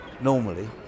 normally